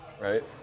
right